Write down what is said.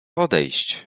odejść